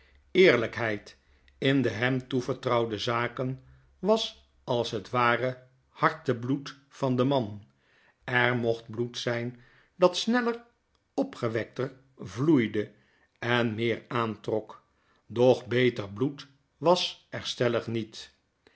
eerlijkheid in de hem toevertrouwde zaken was als het ware hartebloed van den man er mocht bloed zyn datsneller opgewekter vloeide en meer aaiitrok doch beter bloed was er stellig niet